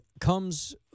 comes